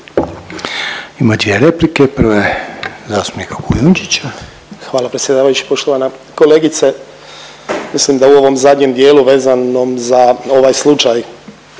**Kujundžić, Ante (MOST)** Hvala predsjedavajući. Poštovana kolegice, mislim da u ovom zadnjem dijelu vezanom za ovaj slučaj